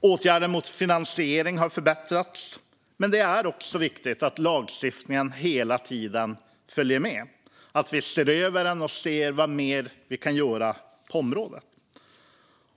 Åtgärder mot finansiering av terrorism har förbättrats. Men det är också viktigt att lagstiftningen hela tiden följer med och att vi ser över den och vad mer vi kan göra på området.